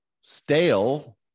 stale